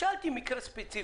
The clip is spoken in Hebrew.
שאלתי מקרה ספציפי.